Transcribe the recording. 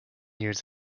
years